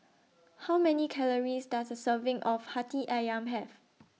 How Many Calories Does A Serving of Hati Ayam Have